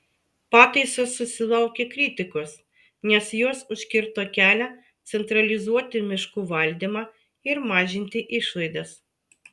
pataisos susilaukė kritikos nes jos užkirto kelią centralizuoti miškų valdymą ir mažinti išlaidas